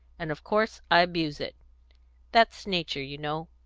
and of course i abuse it that's nature, you know.